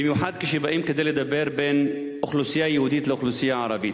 במיוחד כשבאים כדי לדבר בין אוכלוסייה יהודית לאוכלוסייה ערבית.